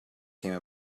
came